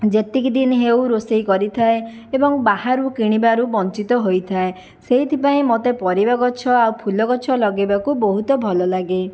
ଯେତିକି ଦିନି ହେଉ ରୋଷେଇ କରିଥାଏ ଏବଂ ବାହାରୁ କିଣିବାରୁ ବଞ୍ଚିତ ହୋଇଥାଏ ସେଇଥିପାଇଁ ମୋତେ ପରିବା ଗଛ ଆଉ ଫୁଲ ଗଛ ଲଗାଇବାକୁ ବହୁତ ଭଲ ଲାଗେ